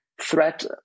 threat